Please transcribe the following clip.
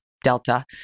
Delta